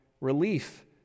relief